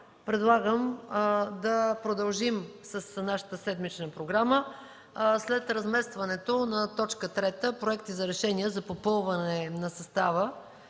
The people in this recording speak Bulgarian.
предлагам да продължим с нашата седмична програма. След разместването на точка трета – Проекти за решения за попълване на състава